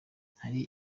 hari